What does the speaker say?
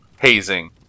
Hazing